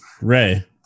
Ray